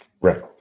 Right